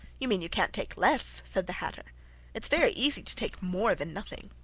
you mean you can't take less said the hatter it's very easy to take more than nothing